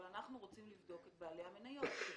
אבל אנחנו רוצים לבדוק את בעלי המניות.